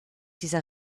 dieser